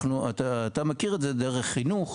אתה מכיר את זה דרך חינוך,